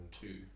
Two